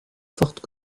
forte